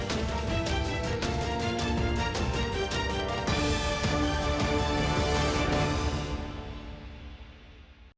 Дякую,